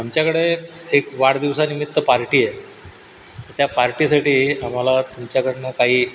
आमच्याकडे एक एक वाढदिवसानिमित्त पार्टी आहे त्या पार्टीसाठी आम्हाला तुमच्याकडनं काही